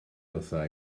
wrtha